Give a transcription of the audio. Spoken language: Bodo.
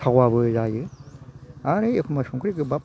थावाबो जायो आरो एखमब्ला संख्रि गोबाब